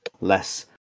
less